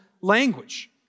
language